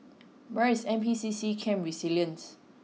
where is N P C C Camp Resilience